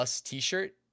t-shirt